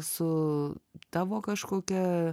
su tavo kažkokia